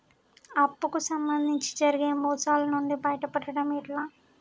అప్పు కు సంబంధించి జరిగే మోసాలు నుండి బయటపడడం ఎట్లా?